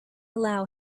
allow